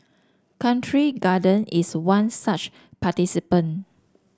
Country Garden is one such participant